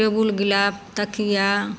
table गिलाफ तकिया